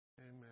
amen